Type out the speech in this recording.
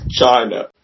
China